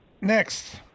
next